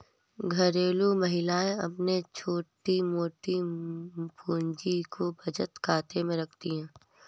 घरेलू महिलाएं अपनी छोटी मोटी पूंजी को बचत खाते में रखती है